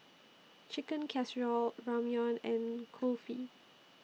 Chicken Casserole Ramyeon and Kulfi